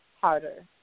harder